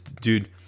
Dude